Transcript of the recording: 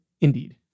indeed